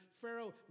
Pharaoh